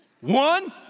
One